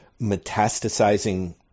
metastasizing